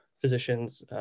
physicians